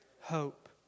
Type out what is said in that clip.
hope